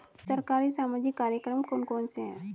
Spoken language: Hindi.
सरकारी सामाजिक कार्यक्रम कौन कौन से हैं?